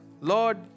Lord